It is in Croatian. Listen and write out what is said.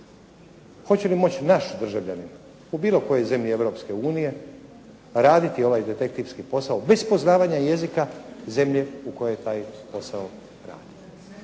Hoće li moći naš državljanin u bilo kojoj zemlji Europske unije raditi ovaj detektivski posao bez poznavanja jezika zemlje u kojoj taj posao radi.